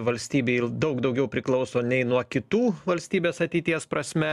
valstybei daug daugiau priklauso nei nuo kitų valstybės ateities prasme